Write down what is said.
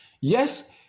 Yes